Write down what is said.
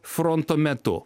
fronto metu